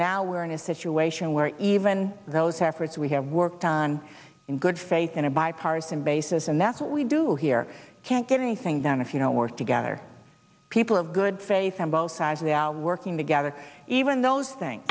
now we're in a situation where even those efforts we have worked on in good faith in a bipartisan basis and that's what we do here can't get anything done if you know we're together people of good faith on both sides they are working together even those things